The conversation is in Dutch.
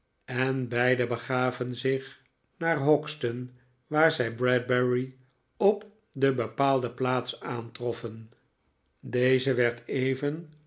en beiden begaven zich naar hoxton waar zij bradbury op de bepaalde plaats aantroffen deze werd even